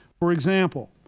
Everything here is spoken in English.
for example,